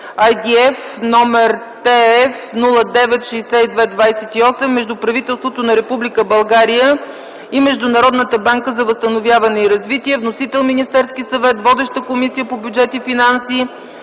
IDF N:TF-096228 между правителството на Република България и Международната банка за възстановяване и развитие. Вносител – Министерският съвет. Водеща е Комисията по бюджет и финанси,